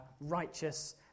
righteous